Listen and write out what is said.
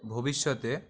ভবিষ্যতে